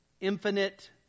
infinite